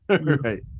Right